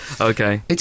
Okay